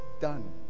done